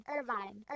Irvine